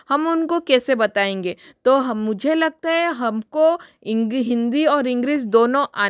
हम उनको कैसे बताएंगे तो हम मुझे लगता है हमको हिंदी और इंग्लिश दोनों आनी चाहिए